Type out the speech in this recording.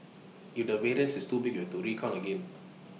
if the variance is too big to recount again